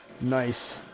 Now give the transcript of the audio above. Nice